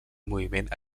moviment